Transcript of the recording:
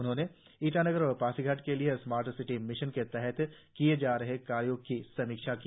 उन्होंने ईटानगर और पासीघाट के लिए स्मार्ट सिटी मिशन के तहत किए जा रहे कार्यों की समीक्षा की